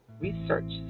research